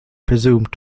presumed